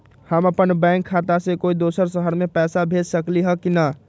हम अपन बैंक खाता से कोई दोसर शहर में पैसा भेज सकली ह की न?